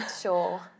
Sure